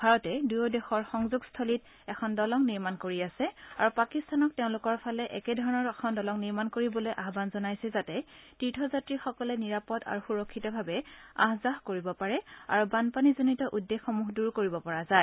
ভাৰতে দুয়ো দেশৰ সংযোগস্থলীত এখন দলং নিৰ্মাণ কৰি আছে আৰু পাকিস্তানক তেওঁলোকৰ ফালে একেধৰণৰ এখন দলং নিৰ্মাণ কৰিবলৈ আহবান জনাইছে যাতে তীৰ্থযাত্ৰীসকলে নিৰাপদ আৰু সৰক্ষিতভাৱে আহ জাহ কৰিব পাৰে আৰু বানপানীজনিত উদ্বেগসমূহ দূৰ কৰিব পৰা যায়